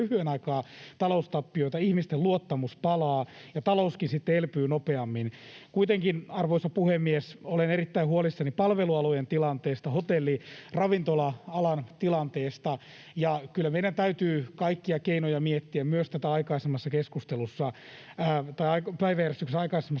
tulee taloustappioita, ihmisten luottamus palaa ja talouskin sitten elpyy nopeammin. Kuitenkin, arvoisa puhemies, olen erittäin huolissani palvelualojen tilanteesta, hotelli- ja ravintola-alan tilanteesta, ja kyllä meidän täytyy kaikkia keinoja miettiä, myös tätä päiväjärjestyksen aikaisemmassa